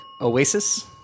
Oasis